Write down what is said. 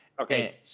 okay